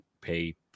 pay